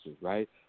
right